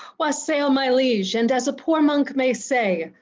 wassail, my liege, and as a poor monk may say,